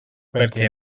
perquè